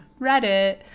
Reddit